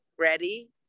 ready